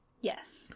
Yes